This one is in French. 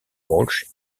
walsh